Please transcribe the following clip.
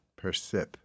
Persip